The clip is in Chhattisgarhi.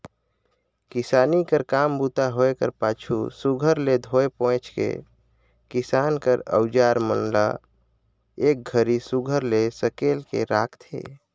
किसानी कर काम बूता होए कर पाछू सुग्घर ले धोए पोएछ के किसानी कर अउजार मन ल एक घरी सुघर ले सकेल के राखथे